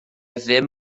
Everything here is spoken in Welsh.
ddim